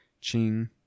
Ching